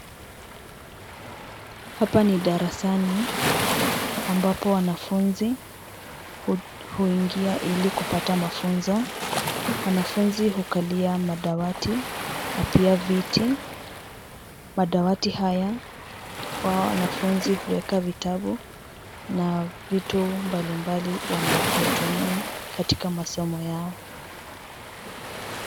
Hapa ni darasani ambapo wanafunzi huingia ili kupata mafunzo. Wanafunzi hukalia madawati na pia viti. Madawati haya, wao wanafunzi huweka vitabu na vitu mbalimbali wanavyotumia katika masomo yao.